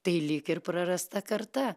tai lyg ir prarasta karta